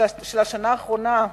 השנה האחרונה,